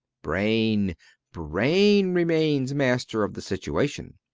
brain brain remains master of the situation.